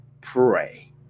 pray